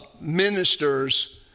ministers